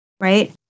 right